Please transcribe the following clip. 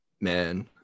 man